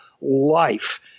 life